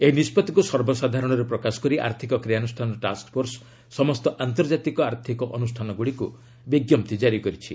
ଏହି ନିଷ୍ପଭିକୁ ସର୍ବସାଧାରଣରେ ପ୍ରକାଶ କରି ଆର୍ଥିକ କ୍ରିୟାନୁଷ୍ଠାନ ଟାକ୍ଟଫୋର୍ସ ସମସ୍ତ ଆନ୍ତର୍ଜାତିକ ଆର୍ଥିକ ଅନୁଷ୍ଠାନଗୁଡ଼ିକୁ ବିଞ୍ଜପ୍ତି କାରି କରିଛି